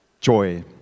Joy